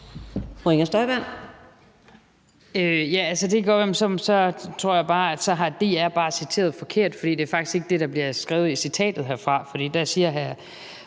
men så tror jeg bare, at DR har citeret forkert, for det er faktisk ikke det, der bliver skrevet i citatet herfra,